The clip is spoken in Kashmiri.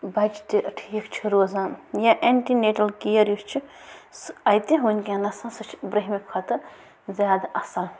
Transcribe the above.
بچہٕ تہِ ٹھیٖک چھُ روزان یا اٮ۪نٹی نٮ۪ٹرٛل کِیَر یُس چھُ سُہ اَتہِ وٕنۍکٮ۪نَس سُہ چھِ برٛنٛہِمہِ کھۄتہٕ زیادٕ اَصٕل